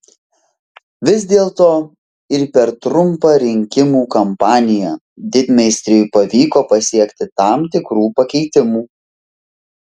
vis dėlto ir per trumpą rinkimų kampaniją didmeistriui pavyko pasiekti tam tikrų pakeitimų